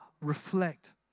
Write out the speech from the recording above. reflect